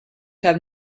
have